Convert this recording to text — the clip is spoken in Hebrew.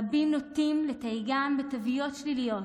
רבים נוטים לתייגם בתוויות שליליות: